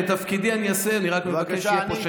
את תפקידי אני אעשה, אני רק מבקש שיהיה פה שקט.